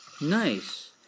Nice